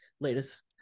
latest